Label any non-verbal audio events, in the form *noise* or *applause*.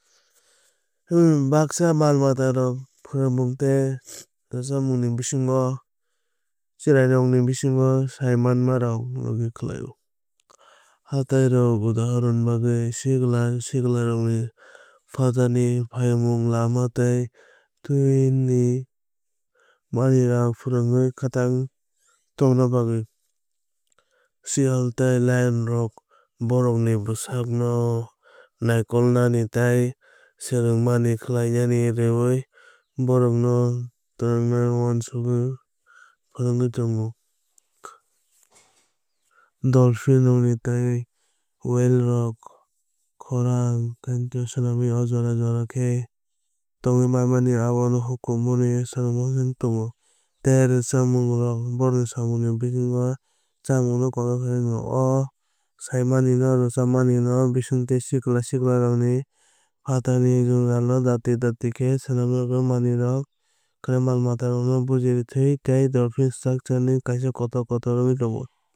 Em baksa mal matarok phwrwngmung tei *noise* rwchapmungni bisingtwi chwrairokni bisingo saimanmarokno logi khlaio. Hatairok udhahoronni bagwi sikla siklirokno phatarni phaimung lama tei twini manwirok phwrwngwi kwthang tongna bagwi. Siyal tei lionrok bohrokni bwsarokno naikolnani tei swrungmani khlainani rwwi bohrokno thwngnani uansukmung phwrwngwi tongo. Dolphin rokni tei whale rok khorang swnamwi o jora jora khe tongwui mamani abo no hukumu ni swnamwi tongo. Tei rwchapmung rok bohrokni samung ni bisingo chamungno kotor khai tongo. O saimani no rwchapmani no swnammani bisingtwi *noise* sikla siklirokno patharni jwngjalrokno dakti dakti khe slamwui akwui manwui rok khlaiwi mal matarokni bujthummungni tei dophani *unintelligible* structureni kaisa kotor kotor wngwi tongo.